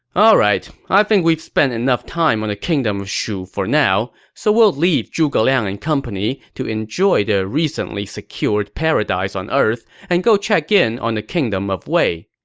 alright, i think we've spent enough time on the kingdom of shu for now, so we'll leave zhuge liang and company to enjoy their recently secured paradise on earth and go check in on the kingdom of wei.